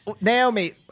Naomi